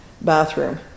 bathroom